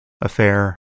affair